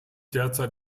derzeit